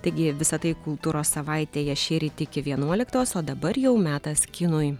taigi visa tai kultūros savaitėje šįryt iki vienuoliktos o dabar jau metas kinui